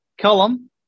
column